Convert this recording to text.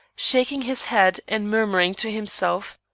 shaking his head and murmuring to himself.